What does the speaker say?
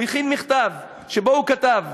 הוא הכין מכתב שבו כתב: